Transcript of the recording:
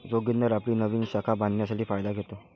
जोगिंदर आपली नवीन शाखा बांधण्यासाठी फायदा घेतो